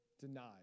Denied